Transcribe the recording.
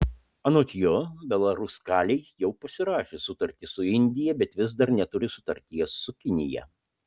anot jo belaruskalij jau pasirašė sutartį su indija bet vis dar neturi sutarties su kinija